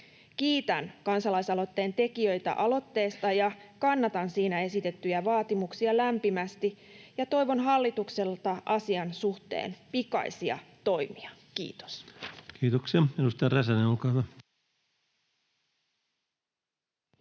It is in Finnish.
Kiitän kansalaisaloitteen tekijöitä aloitteesta, kannatan siinä esitettyjä vaatimuksia lämpimästi ja toivon hallitukselta asian suhteen pikaisia toimia. — Kiitos. [Speech 211] Speaker: